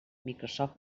microsoft